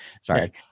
Sorry